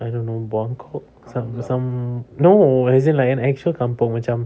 I don't know buangkok some some no as in like an actual kampung macam